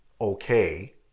okay